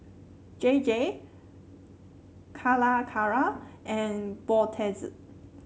J J Calacara and Brotzeit